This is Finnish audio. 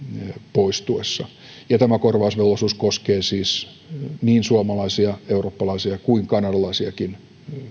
poistuessa tämä korvausvelvollisuus koskee siis niin suomalaisia eurooppalaisia kuin kanadalaisiakin